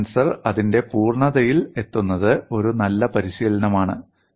stress tensor അതിന്റെ പൂർണ്ണതയിൽ എഴുതുന്നത് ഒരു നല്ല പരിശീലനമാണ്